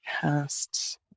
cast